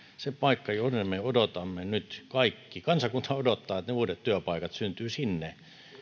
se paikka jonne me odotamme nyt kaikki kansakunta odottaa että ne uudet työpaikat syntyvät